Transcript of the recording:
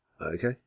Okay